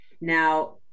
Now